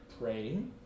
praying